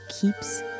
keeps